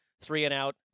three-and-out